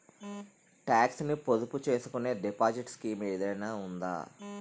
Talks ను పొదుపు చేసుకునే డిపాజిట్ స్కీం ఏదైనా ఉందా?